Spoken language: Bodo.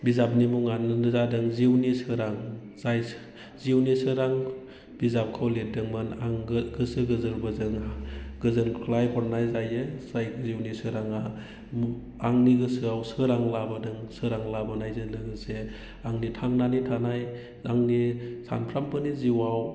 बिजाबनि मुङानो जादों जिउनि सोरां जिउनि सोरां बिजाबखौ लिरदोंमोन आं गोसो गोरबोजों गोजोनख्लायहरनाय जायो जिउनि सोराङा आंनि गोसोआव सोरां लाबोदों सोरां लाबोनायजों लोगोसे आंनि थांनानै थानाय आंनि सानफ्रोमबोनि जिउआव